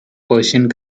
persian